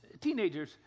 teenagers